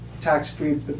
tax-free